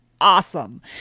awesome